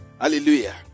hallelujah